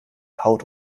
haut